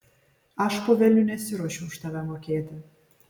aš po velnių nesiruošiu už tave mokėti